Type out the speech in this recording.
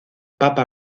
papa